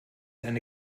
eine